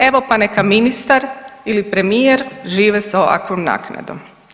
Evo pa neka ministar ili premijer žive sa ovakvom naknadom.